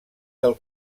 del